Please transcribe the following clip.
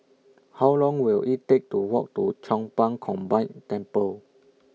How Long Will IT Take to Walk to Chong Pang Combined Temple